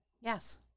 Yes